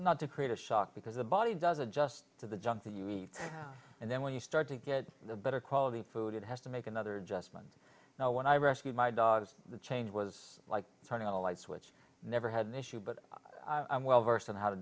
not to create a shock because the body does adjust to the junk that you eat and then when you start to get the better quality food it has to make another just one now when i rescued my dog the change was like turning a light switch never had an issue but i'm well versed on how to